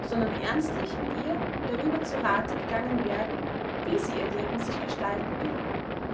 sondern ernstlich mit ihr darüber zu rathe gegangen werden wie sie ihr leben sich gestalten will